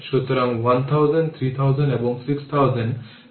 সুতরাং সেই অনুযায়ী আমরা এটিকে চিহ্ন দিয়ে রিপ্রেজেন্ট করি